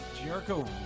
Jericho